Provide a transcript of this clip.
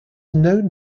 known